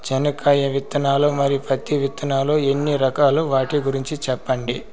చెనక్కాయ విత్తనాలు, మరియు పత్తి విత్తనాలు ఎన్ని రకాలు వాటి గురించి సెప్పండి?